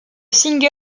single